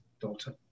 daughter